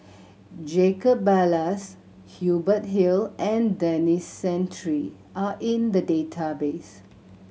Jacob Ballas Hubert Hill and Denis Santry are in the database